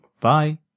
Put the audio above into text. Bye